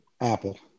Apple